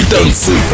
Dance